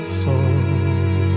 song